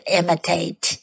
imitate